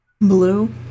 Blue